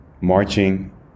marching